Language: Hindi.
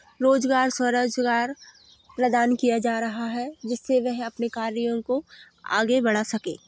रोज़गार स्वरोज़गार प्रदान किया जा रहा है जिससे वह अपने कार्यों को आगे बढ़ा सके